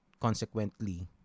consequently